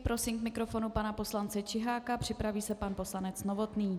Prosím k mikrofonu pana poslance Čiháka, připraví se pan poslanec Novotný.